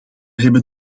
hebben